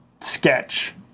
sketch